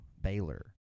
Baylor